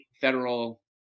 federal